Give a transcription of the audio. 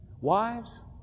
Wives